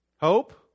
hope